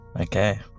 Okay